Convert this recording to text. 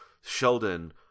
Sheldon